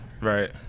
Right